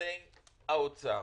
משרדי האוצר.